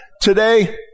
today